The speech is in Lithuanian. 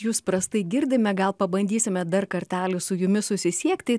jus prastai girdime gal pabandysime dar kartelį su jumis susisiekti